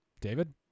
David